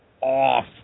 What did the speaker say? off